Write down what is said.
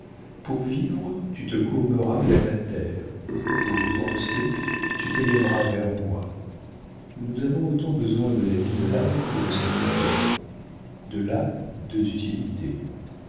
pour vivre tu te courberas vers la terre pour penser tu t'élèveras vers moi nous avons autant besoin de la vie de l'âme que de celle du corps de là deux utilités